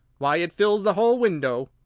why, it fills the whole window!